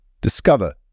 discover